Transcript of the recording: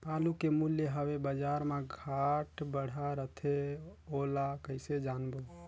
आलू के मूल्य हवे बजार मा घाट बढ़ा रथे ओला कइसे जानबो?